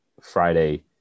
Friday